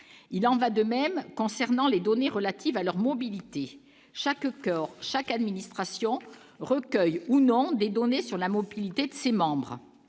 il en va de même concernant les données relatives à leur mobilité chaque corps, chaque administration recueille ou non des données sur la mobilité de ses membres,